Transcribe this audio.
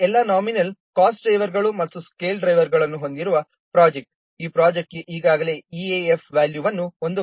ಆದ್ದರಿಂದ ಎಲ್ಲಾ nominal cost ಡ್ರೈವರ್ಗಳು ಮತ್ತು ಸ್ಕೇಲ್ ಡ್ರೈವರ್ಗಳನ್ನು ಹೊಂದಿರುವ ಪ್ರೊಜೆಕ್ಟ್ ಈ ಪ್ರೊಜೆಕ್ಟ್ಗೆ ಈಗಾಗಲೇ EAF ವ್ಯಾಲ್ಯೂವನ್ನು 1